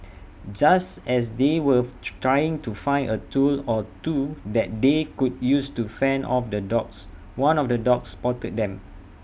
just as they were trying to find A tool or two that they could use to fend off the dogs one of the dogs spotted them